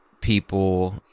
people